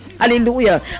Hallelujah